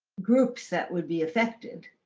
groups that would be affected.